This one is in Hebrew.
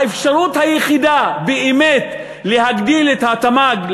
האפשרות היחידה באמת להגדיל את התמ"ג,